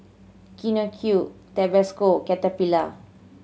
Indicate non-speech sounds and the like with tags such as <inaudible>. <unintelligible> Tabasco Caterpillar